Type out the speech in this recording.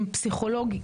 פסיכולוג,